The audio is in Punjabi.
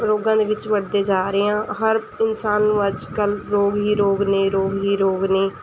ਰੋਗਾਂ ਦੇ ਵਿੱਚ ਵੜਦੇ ਜਾ ਰਹੇ ਹਾਂ ਹਰ ਇਨਸਾਨ ਨੂੰ ਅੱਜ ਕੱਲ੍ਹ ਰੋਗ ਹੀ ਰੋਗ ਨੇ ਰੋਗ ਹੀ ਰੋਗ ਨੇ